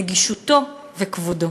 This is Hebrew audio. נגישותו וכבודו.